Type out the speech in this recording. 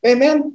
Amen